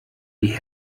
die